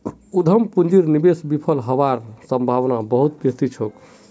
उद्यम पूंजीर निवेश विफल हबार सम्भावना बहुत बेसी छोक